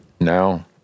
now